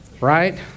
Right